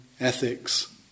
ethics